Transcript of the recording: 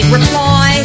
reply